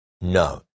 No